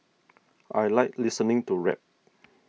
I like listening to rap